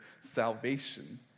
salvation